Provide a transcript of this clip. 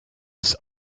ist